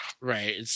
Right